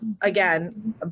again